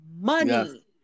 money